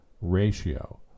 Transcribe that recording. ratio